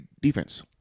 defense